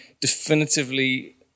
definitively